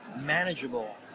manageable